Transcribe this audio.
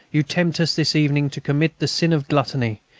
you tempt us this evening to commit the sin of gluttony,